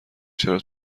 چرا